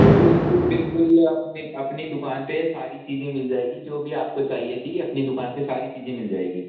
बिल्कुल बिल्कुल अपनी अपनी दुकान पे सारी चीज़ें मिल जाएंगी जो भी आपको चाहिए थीं अपनी दुकान पे सारी चीज़ें मिल जाएंगी